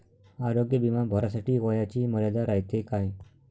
आरोग्य बिमा भरासाठी वयाची मर्यादा रायते काय?